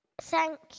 thank